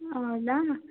ಹೌದಾ